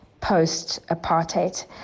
post-apartheid